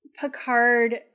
Picard